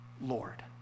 Lord